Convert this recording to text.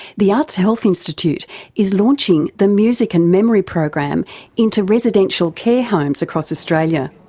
the arts health institute is launching the music and memory program into residential care homes across australia,